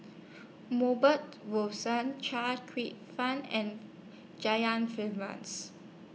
Chia Kwek Fah and